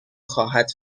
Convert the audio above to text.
خواهد